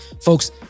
Folks